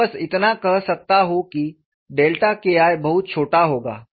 मैं बस इतना कह सकता हूं कि KI बहुत छोटा होगा